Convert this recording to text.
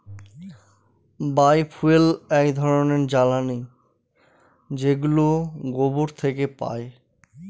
বায় fuel এক ধরনের জ্বালানী যেগুলো গোবর থেকে পাই